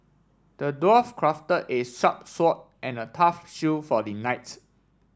the dwarf crafted a sharp sword and a tough shield for the knights